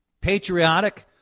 Patriotic